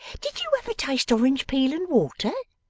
did you ever taste orange peel and water